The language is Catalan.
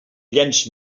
llenç